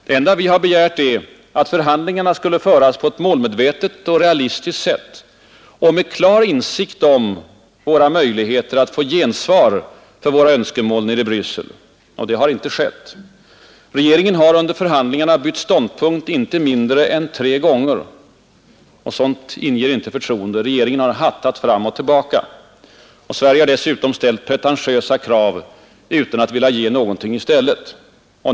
Det enda vi har begärt är att förhandlingarna skulle föras på ett målmedvetet och realistiskt sätt och med klar insikt om våra möjligheter att få gensvar för våra önskemål nere i Bryssel. Det har inte skett. Regeringen har under förhandlingarnas gång bytt ståndpunkt inte mindre än tre gånger. Sådant inger inte förtroende. Regeringen har hattat fram och tillbaka. Sverige har dessutom ställt pretentiösa krav utan att vilja ge någonting i stället.